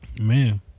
man